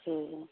ठीक है